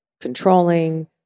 controlling